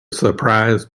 surprise